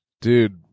Dude